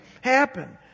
happen